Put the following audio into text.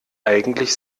eigentlich